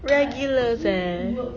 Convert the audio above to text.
regulars eh